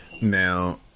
Now